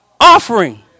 offering